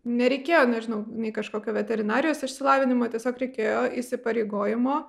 nereikėjo nežinau nei kažkokio veterinarijos išsilavinimo tiesiog reikėjo įsipareigojimo